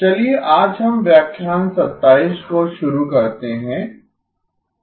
चलिए आज हम व्याख्यान 27 को शुरू करते हैं